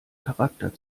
charakter